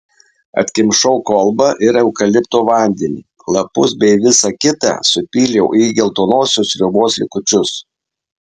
atkimšau kolbą ir eukalipto vandenį lapus bei visa kita supyliau į geltonosios sriubos likučius